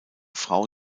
frau